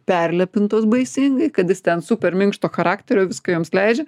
perlepintos baisingai kad jis ten super minkšto charakterio viską joms leidžia